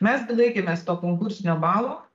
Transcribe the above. mes d laikėmės to konkursinio balo